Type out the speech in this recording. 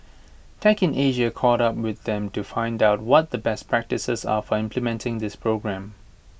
tech in Asia caught up with them to find out what the best practices are for implementing this program